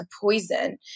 poison